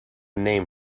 name